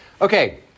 Okay